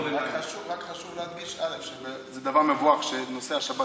רק חשוב להדגיש: זה דבר מבורך שנושא השבת